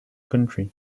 country